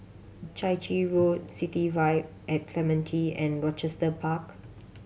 Chai Chee Road City Vibe at Clementi and Rochester Park